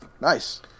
Nice